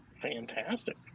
fantastic